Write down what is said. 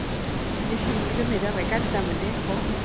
उम बिखायनो सोंहरगोरनाय जाबाय गाज्रि दामोनदे आब'